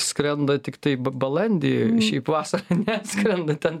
skrenda tiktai ba balandį šiaip vasarą neskrenda ten